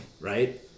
right